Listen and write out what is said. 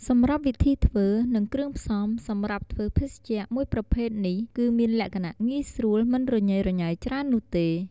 សម្រាប់វិធីធ្វើ និងគ្រឿងផ្សំសម្រាប់ធ្វើភេសជ្ជៈមួយប្រភេទនេះ គឺមានលក្ខណៈងាយស្រួលមិនរញ៉េរញ៉ៃច្រើននោះទេ។